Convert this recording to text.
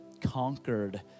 conquered